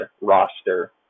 roster